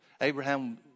Abraham